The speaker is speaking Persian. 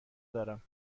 دارم